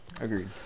agreed